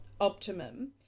optimum